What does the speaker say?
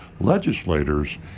legislators